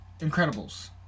Incredibles